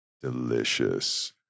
delicious